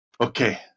Okay